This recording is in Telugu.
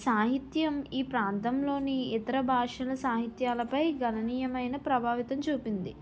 సాహిత్యం ఈ ప్రాంతంలోని ఇతర భాషల సాహిత్యాలపై గణనీయమైన ప్రభావితం చూపింది